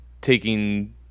taking